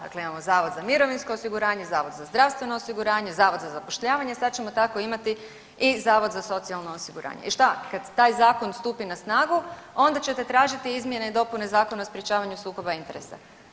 Dakle, imamo Zavod za mirovinsko osiguranje, Zavod za zdravstveno osiguranje, Zavod za zapošljavanje, sad ćemo tako imati i Zavod za socijalno osiguranje i šta, kad taj zakon stupi na snagu, onda ćete tražiti izmjene i dopune Zakona o sprječavanju sukoba interesa?